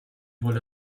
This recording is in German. wohl